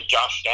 Josh